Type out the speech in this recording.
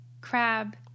crab